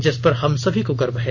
जिस पर हम सभी को गर्व है